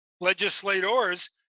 legislators